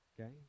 Okay